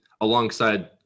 alongside